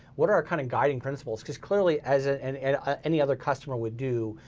what are our kinda guiding principles, cause clearly, as ah and and ah any other customer would do,